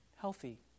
healthy